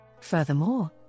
Furthermore